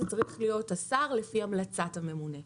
זה צריך להיות השר, לפי המלצת הממונה.